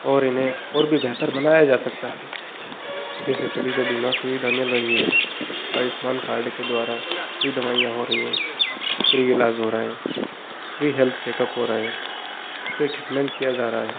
और इन्हें और भी बेहतर बनाया जा सकता है जैसे सभी को बीमा सुविधा मिल रही है आयुष्मान कार्ड के द्वारा फ्री दवाइयाँ हो रही हैं फ्री ईलाज हो रहा है फ्री हेल्थ चेकअप हो रहे हैं फ्री ट्रीटमेंट किया जा रहा है